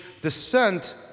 descent